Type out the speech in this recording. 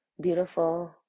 beautiful